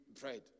bread